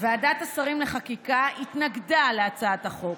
ועדת השרים לחקיקה התנגדה להצעת החוק.